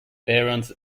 barons